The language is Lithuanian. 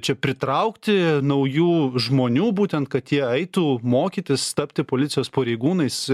čia pritraukti naujų žmonių būtent kad jie eitų mokytis tapti policijos pareigūnais